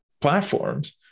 platforms